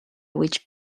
which